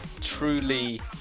truly